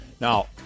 Now